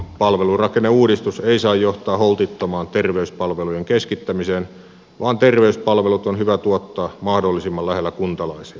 palvelurakenneuudistus ei saa johtaa holtittomaan terveyspalvelujen keskittämiseen vaan terveyspalvelut on hyvä tuottaa mahdollisimman lähellä kuntalaisia